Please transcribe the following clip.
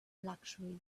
luxury